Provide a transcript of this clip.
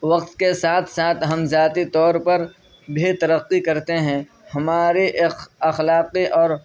وقت کے ساتھ ساتھ ہم ذاتی طور پر بھی ترقی کرتے ہیں ہمارے اخلاقی اور